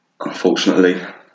Unfortunately